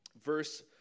verse